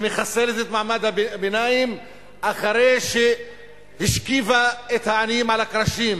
שמחסלת את מעמד הביניים אחרי שהשכיבה את העניים על הקרשים,